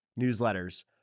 newsletters